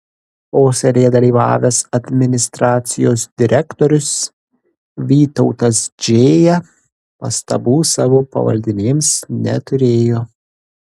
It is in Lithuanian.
posėdyje dalyvavęs administracijos direktorius vytautas džėja pastabų savo pavaldinėms neturėjo